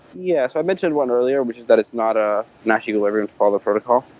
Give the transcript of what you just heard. yeah. i mentioned one earlier, which is that it's not a nash equilibrium to follow protocol.